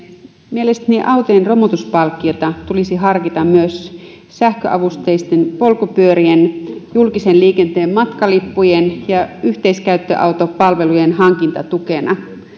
mielestäni autojen romutuspalkkiota tulisi harkita myös sähköavusteisten polkupyörien julkisen liikenteen matkalippujen ja yhteiskäyttöautopalvelujen hankintatukena